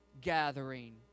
gathering